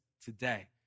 today